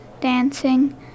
dancing